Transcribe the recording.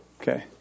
Okay